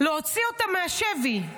להוציא אותם מהשבי,